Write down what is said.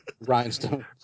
rhinestone